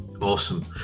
Awesome